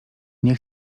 nie